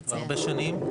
הרבה שנים.